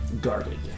guarded